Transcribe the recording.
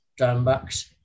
Downbacks